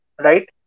right